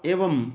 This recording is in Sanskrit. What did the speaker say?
एवं